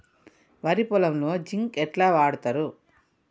వరి పొలంలో జింక్ ఎట్లా వాడుతరు?